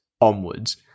onwards